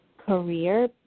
career